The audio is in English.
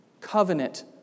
Covenant